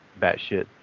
batshit